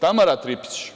Tamara Tripić,